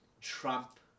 Trump